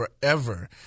forever